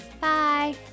Bye